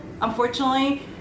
unfortunately